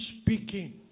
speaking